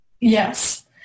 Yes